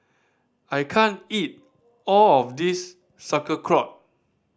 I can't eat all of this Sauerkraut